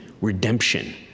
redemption